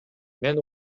мен